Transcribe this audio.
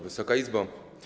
Wysoka Izbo!